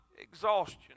exhaustion